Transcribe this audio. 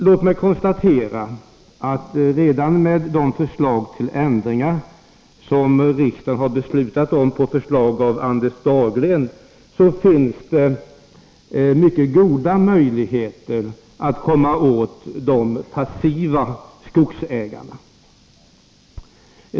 Låt mig sedan konstatera att det, redan med de förslag till förändringar som riksdagen har beslutat om på förslag av Anders Dahlgren, finns mycket goda möjligheter att komma åt de passiva skogsägarna.